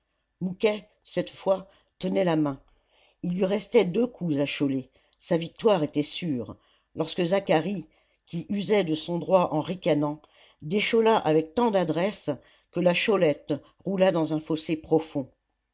mouquet cette fois tenait la main il lui restait deux coups à choler sa victoire était sûre lorsque zacharie qui usait de son droit en ricanant déchola avec tant d'adresse que la cholette roula dans un fossé profond